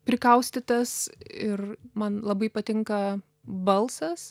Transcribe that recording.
prikaustytas ir man labai patinka balsas